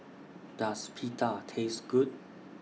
Does Pita Taste Good